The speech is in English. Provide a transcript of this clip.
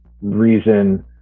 reason